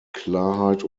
klarheit